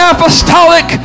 Apostolic